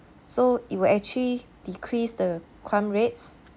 so it will actually decrease the crime rates